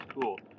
cool